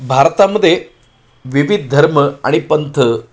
भारतामध्ये विविध धर्म आणि पंथ